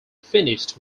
finished